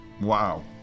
Wow